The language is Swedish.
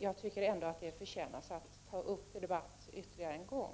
Jag tycker ändå att de förtjänar att tas upp till debatt ytterligare en gång.